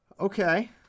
Okay